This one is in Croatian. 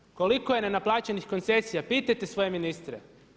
DUUDI koliko je nenaplaćenih koncesija, pitajte svoje ministre.